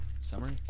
Summary